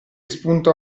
spunta